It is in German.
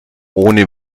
ohne